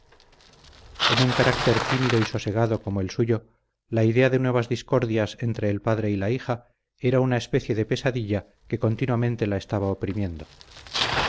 en un carácter tímido y sosegado como el suyo la idea de nuevas discordias entre el padre y la hija era una especie de pesadilla que continuamente la estaba oprimiendo